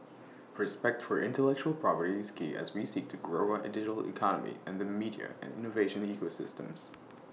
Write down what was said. respect for intellectual property is key as we seek to grow our digital economy and the media and innovation ecosystems